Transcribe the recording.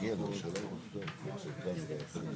שאנחנו מציעים,